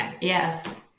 yes